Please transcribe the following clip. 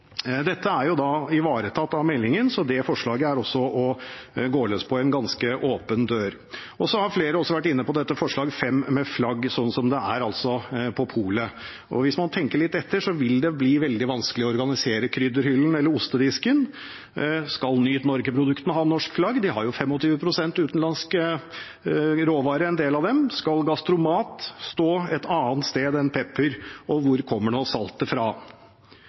Dette er ivaretatt av meldingen, så det forslaget er også å gå løs på en ganske åpen dør. Flere har også vært inne på forslag nr. 5, med flagg, sånn som det er på polet. Hvis man tenker litt etter, vil det bli veldig vanskelig å organisere krydderhyllen eller ostedisken. Skal Nyt Norge-produktene ha norsk flagg? En del av dem har jo 25 pst. utenlandske råvarer. Skal Gastromat stå et annet sted enn pepper? Og hvor kommer nå saltet fra?